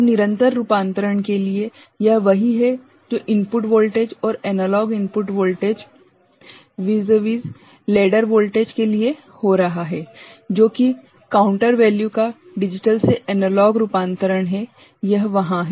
तो निरंतर रूपांतरण के लिए यह वही है जो इनपुट वोल्टेज और analog input voltage vis a विज़vis à vis लेडर वोल्टेजके लिए हो रहा है जो कि काउंटर वैल्यू का डिजिटल से एनालॉग रूपांतरण है यह वहां है